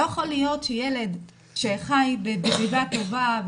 לא יכול להיות שילד שחי בסביבה טובה,